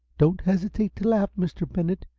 don't hesitate to laugh, mr. bennett,